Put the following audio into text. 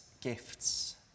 gifts